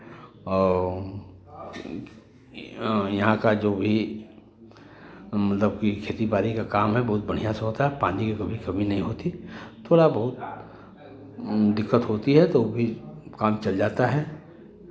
और यहाँ का जो भी मतलब कि खेती बारी का काम है बहुत बढ़ियाँ से होता है पानी की कभी कमी नहीं होती थोड़ा बहुत दिक्कत होती है तो भी काम चल जाता है